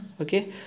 okay